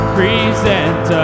present